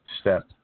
step